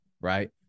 right